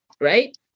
right